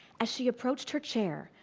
as she approached her chair,